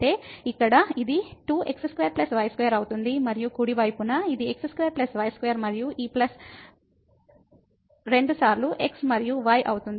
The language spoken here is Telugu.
ఇక్కడ ఇది 2x2 y2 అవుతుంది మరియు కుడి వైపున ఇది x2 y2 మరియు ఈ ప్లస్ 2 సార్లు x మరియు y అవుతుంది